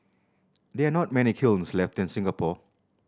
there are not many kilns left in Singapore